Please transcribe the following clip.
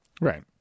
right